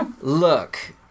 Look